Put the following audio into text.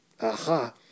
Aha